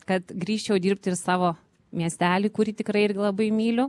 kad grįžčiau dirbti ir savo miestelį kurį tikrai irgi labai myliu